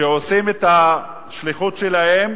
שעושים את השליחות שלהם